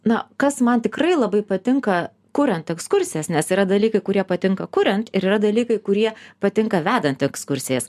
na kas man tikrai labai patinka kuriant ekskursijas nes yra dalykai kurie patinka kuriant ir yra dalykai kurie patinka vedant ekskursijas